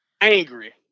angry